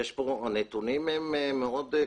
הנתונים הם מאוד קשים.